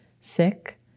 sick